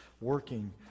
working